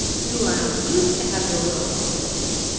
you are not used to have your will contradicted!